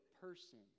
person